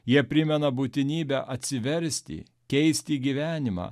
jie primena būtinybę atsiversti keisti gyvenimą